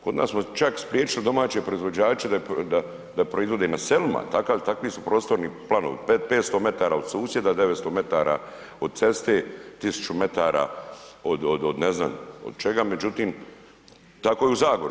Kod nas smo čak spriječili domaće proizvođače da proizvode na selima, takvi su prostorni planovi, 500 metara od susjeda, 900 metara od ceste, 1000 metara od ne znam čega, međutim tako je u Zagori.